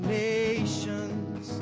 nations